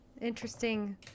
Interesting